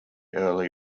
early